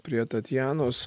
prie tatjanos